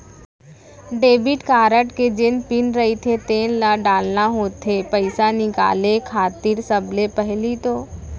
debit card के जेन pin रहिथे तेन ल डालना होथे पइसा निकाले खातिर सबले पहिली तो